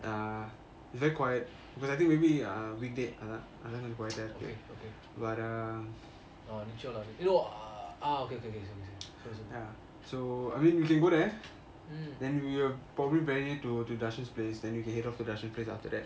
okay okay நிச்சயம்:nichayam lah uh okay sorry sorry